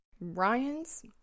Ryan's